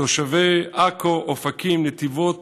תושבי עכו, אופקים, נתיבות